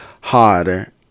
harder